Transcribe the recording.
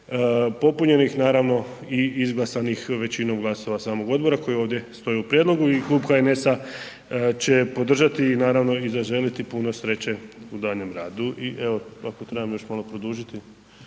popunjenih naravno i izglasanih većinom glasova samog odbora koji ovdje stoje u prijedlogu i Klub HNS-a će podržati i naravno zaželiti puno sreće u daljnjem radu i evo ako trebam još malo produžiti